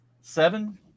seven